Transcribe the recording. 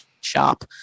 shop